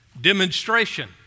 demonstration